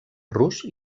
rus